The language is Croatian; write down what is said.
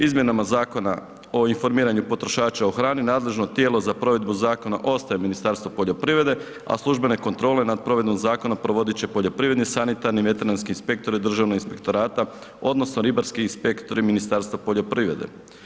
Izmjenama Zakona o informiranju potrošača o hrani nadležno tijelo za provedbu zakona ostaje Ministarstvo poljoprivrede, a službene kontrole nad provedbom zakona provodit će poljoprivredni, sanitarni, veterinarski inspektori Državnog inspektorata odnosno ribarski inspektori Ministarstva poljoprivrede.